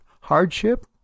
hardship